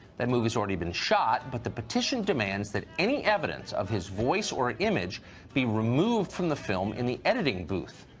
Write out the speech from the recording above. that movie's already been shot, but the petition demands that any evidence of his voice or image be removed from the film in the editing booth.